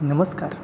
नमस्कार